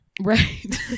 right